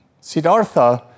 Siddhartha